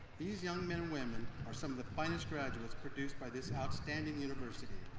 these young men and women are some of the finest graduates produced by this outstanding university.